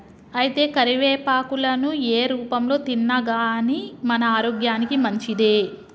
అయితే కరివేపాకులను ఏ రూపంలో తిన్నాగానీ మన ఆరోగ్యానికి మంచిదే